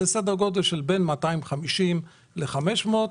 זה סדר גודל של בין 250 ל-500 סמ"ק.